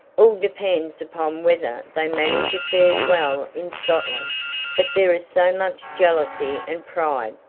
all depends upon whether they manage affairs well in scotland but there is so much jealousy and pride,